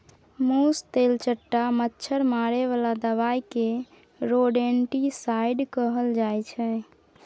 मुस, तेलचट्टा, मच्छर मारे बला दबाइ केँ रोडेन्टिसाइड कहल जाइ छै